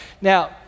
Now